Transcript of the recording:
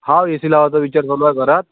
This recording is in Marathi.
हां ए सी लावायचा विचार चालू आहे घरात